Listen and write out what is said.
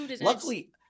Luckily